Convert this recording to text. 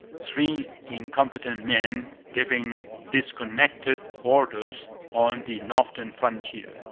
three incompetent men giving disconnected orders on the northern frontier,